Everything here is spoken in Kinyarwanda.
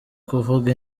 kuvuga